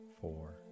four